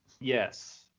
Yes